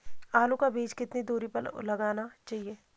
आलू का बीज कितनी दूरी पर लगाना चाहिए?